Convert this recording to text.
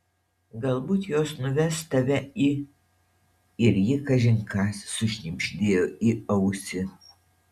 galbūt jos nuves tave į ir ji kažin ką sušnibždėjo į ausį